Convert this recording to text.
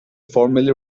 formerly